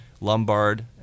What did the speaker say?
Lombard